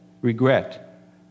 regret